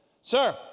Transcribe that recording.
sir